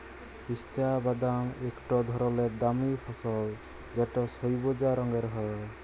পিস্তা বাদাম ইকট ধরলের দামি ফসল যেট সইবজা রঙের হ্যয়